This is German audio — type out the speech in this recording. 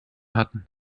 hatten